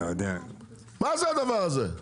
מה זה הדבר הזה?